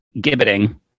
Gibbeting